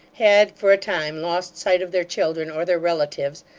had for a time lost sight of their children or their relatives,